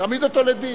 תעמיד אותו לדין.